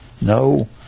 No